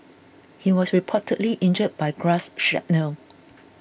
he was reportedly injured by grass shrapnel